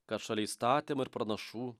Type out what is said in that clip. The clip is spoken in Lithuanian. kad šalia įstatymų ir pranašų